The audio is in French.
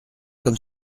comme